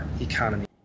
economy